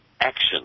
action